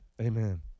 Amen